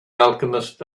alchemist